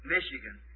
Michigan